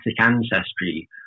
ancestry